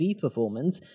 performance